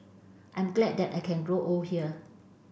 I'm glad that I can grow old here